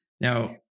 Now